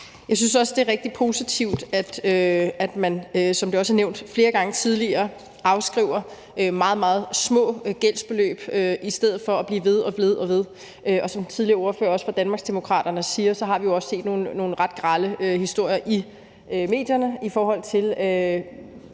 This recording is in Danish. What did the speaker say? Jeg synes også, det er rigtig positivt, at man, som det også er nævnt flere gange tidligere, afskriver meget, meget små gældsbeløb i stedet for at blive ved og ved med at inddrive dem. Og som ordføreren for Danmarksdemokraterne tidligere sagde, har vi jo også set nogle ret grelle historier i medierne om